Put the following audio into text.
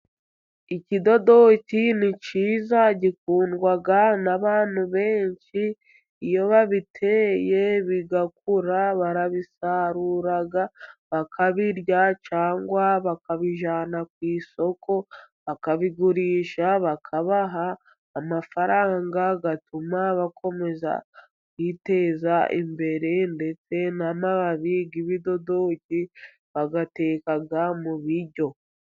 Ikidodoki ni cyiza gikundwaga n'abantu benshi, iyo babiteye bigakura, barabisarura bakabirya, cyangwa bakabijyana ku isoko bakabigurisha bakabaha amafaranga, agatuma bakomeza kwiteza imbere, ndetse n'amababi y'ibidodoki bayateka mu biryo.